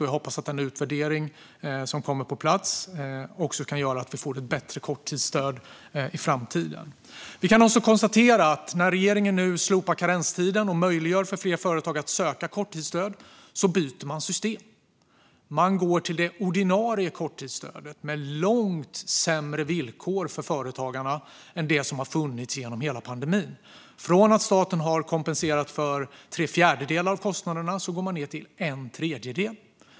Jag hoppas att den utvärdering som ska komma på plats kan göra att vi får ett bättre korttidsstöd i framtiden. När regeringen nu slopar karenstiden och möjliggör för fler företag att söka korttidsstöd byter man system. Man går till det ordinarie korttidsstödet med långt sämre villkor för företagarna än det som har funnits genom hela pandemin. Från att staten har kompenserat för tre fjärdedelar av kostnaderna går man ned till en tredjedel.